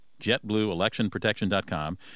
JetBlueElectionProtection.com